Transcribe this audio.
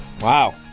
Wow